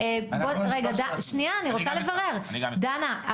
פרלמנטרית, דנה,